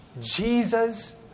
Jesus